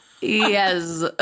Yes